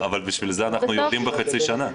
אבל בשביל זה אנחנו יורדים בחצי שנה,